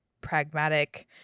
pragmatic